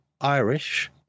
Irish